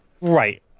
Right